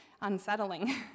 unsettling